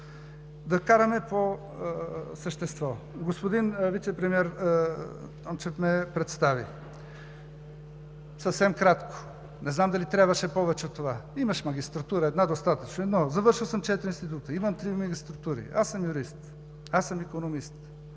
да караме по същество. Господин вицепремиерът Дончев ме представи съвсем кратко. Не знам дали трябваше повече от това? Имаш една магистратура – достатъчно, но съм завършил четири института, имам три магистратури. Аз съм юрист, икономист.